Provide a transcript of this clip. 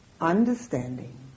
understanding